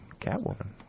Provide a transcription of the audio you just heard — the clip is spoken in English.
Catwoman